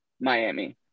Miami